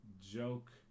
joke